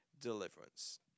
deliverance